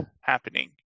happening